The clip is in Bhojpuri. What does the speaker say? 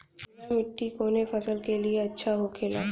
पीला मिट्टी कोने फसल के लिए अच्छा होखे ला?